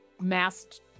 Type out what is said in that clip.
masked